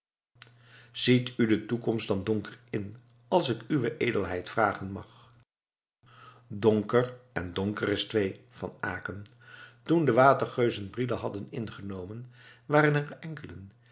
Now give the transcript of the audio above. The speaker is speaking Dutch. ziet u de toekomst dan donker in als ik uwe edelheid vragen mag donker en donker is twee van aecken toen de watergeuzen brielle hadden ingenomen waren er enkelen